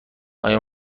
آیا